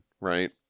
right